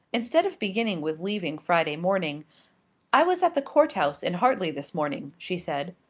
instead of beginning with leaving friday morning i was at the court house in hartley this morning, she said.